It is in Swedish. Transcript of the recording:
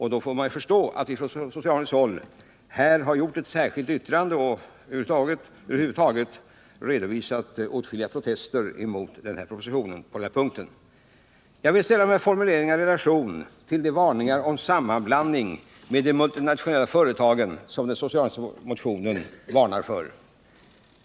Då får man förstå varför vi från socialdemokratiskt håll har skrivit ett särskilt yttrande och över huvud taget redovisat åtskilliga protester mot propositionen på denna punkt. Jag vill ställa dessa formuleringar i relation till de varningar om sammanblandning med de multinationella företagen, som den socialdemokratiska motionen innehåller.